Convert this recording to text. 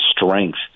strength